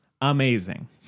amazing